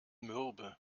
mürbe